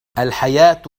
الحياة